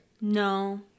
No